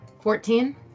Fourteen